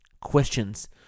Questions